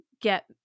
get